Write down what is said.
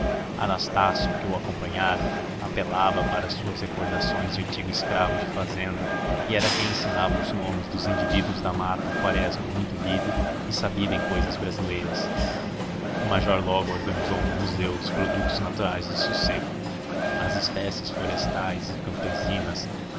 anastácio que o acompanhara apelava para as suas recordações de antigo escravo de fazenda e era quem ensinava os nomes dos indivíduos da mata a quaresma muito lido e sabido em cousas brasileiras o major logo organizou um museu dos produtos naturais do sossego as espécies florestais e campesinas